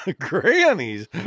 grannies